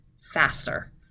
faster